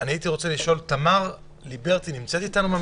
אני רוצה לשאול אם תמר ליברטי מהמשטרה נמצאת איתנו.